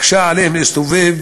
שמקשה עליהם להסתובב